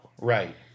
Right